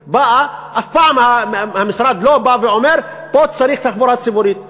אף פעם המשרד לא בא ואומר: פה צריך תחבורה ציבורית.